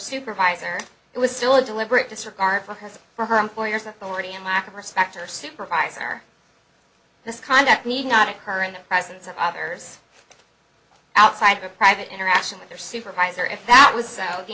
supervisor it was still a deliberate disregard for her or her employer's authority and lack of respect or supervisor this conduct need not occur in the presence of others outside of a private interaction with their supervisor if that was